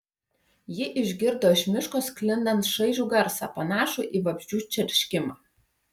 ji išgirdo iš miško sklindant šaižų garsą panašų į vabzdžių čerškimą